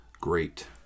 great